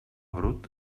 brut